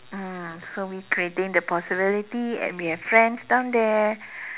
mm so we creating the possibility and we have friends down there